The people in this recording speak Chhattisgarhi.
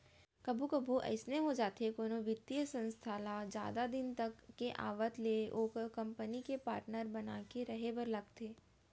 कभू कभू अइसे हो जाथे कोनो बित्तीय संस्था ल जादा दिन तक के आवत ले ओ कंपनी के पाटनर बन के रहें बर लगथे